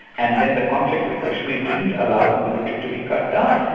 and then the conflicts of kashmir didn't allow the military to be cut down.